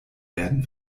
werden